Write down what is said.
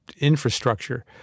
infrastructure